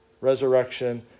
resurrection